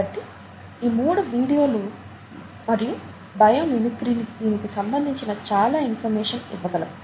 కాబట్టి ఈ మూడు వీడియోలు మరియు బయో మిమిక్రీ దీనికి సంబంధించిన చాలా ఇన్ఫర్మేషన్ ఇవ్వగలవు